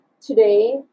today